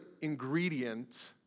ingredient